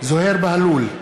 זוהיר בהלול,